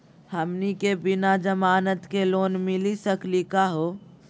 हमनी के बिना जमानत के लोन मिली सकली क हो?